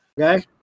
Okay